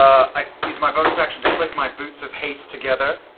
i use my bonus action to click my boots of haste together.